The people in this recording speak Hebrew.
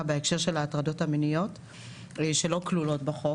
בהקשר של ההטרדות המיניות שלא כלולות בחוק,